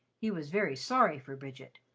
he was very sorry for bridget.